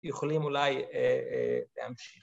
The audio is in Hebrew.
יכולים אולי להמשיך.